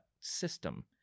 system